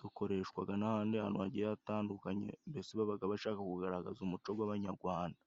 Dukoreshwaga n'ahandi hantu hagiye hatandukanye, mbese babaga bashaka kugaragaza umuco gw'abanyagwanda.